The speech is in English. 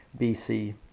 BC